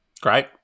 Great